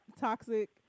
toxic